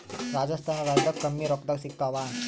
ರಾಜಸ್ಥಾನ ರಾಜ್ಯದಾಗ ಕಮ್ಮಿ ರೊಕ್ಕದಾಗ ಸಿಗತ್ತಾವಾ?